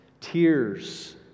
tears